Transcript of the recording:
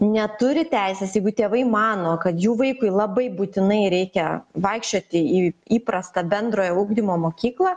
neturi teisės jeigu tėvai mano kad jų vaikui labai būtinai reikia vaikščioti į įprastą bendrojo ugdymo mokyklą